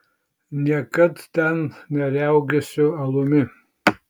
niekad ten neriaugėsiu alumi